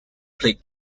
played